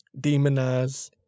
demonize